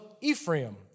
Ephraim